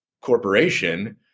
corporation